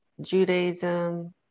Judaism